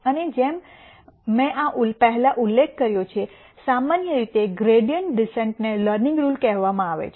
અને જેમ જેમ મેં આ પહેલા ઉલ્લેખ કર્યો છે સામાન્ય રીતેગ્રૈડીઅન્ટ ડિસેન્ટ ને લર્નિંગ રુલ કહેવામાં આવે છે